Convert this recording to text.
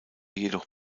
jedoch